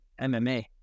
MMA